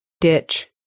Ditch